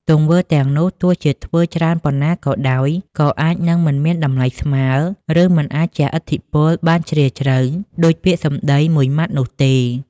ទង្វើទាំងនោះ ទោះជាធ្វើច្រើនប៉ុណ្ណាក៏ដោយ ក៏អាចនឹង មិនមានតម្លៃស្មើ ឬ មិនអាចជះឥទ្ធិពលបានជ្រាលជ្រៅ ដូចពាក្យសម្ដីមួយម៉ាត់នោះទេ។